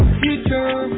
future